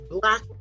black